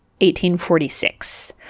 1846